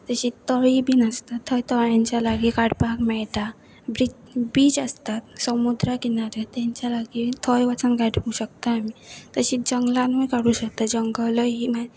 तशीच तळीय बीन आसता थंय तळ्यांच्या लागी काडपाक मेळटा ब्री बीच आसतात समुद्रा किनारे तांच्या लागी थंय वचन काडूं शकता आमी तशींच जंगलानूय काडूं शकता जंगलूय